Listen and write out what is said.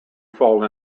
fall